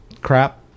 crap